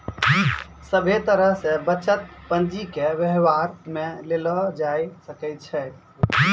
सभे तरह से बचत पंजीके वेवहार मे लेलो जाय सकै छै